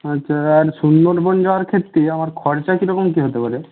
আচ্ছা আর সুন্দরবন যাওয়ার ক্ষেত্রে আমার খরচা কীরকম কী হতে পারে